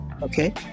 Okay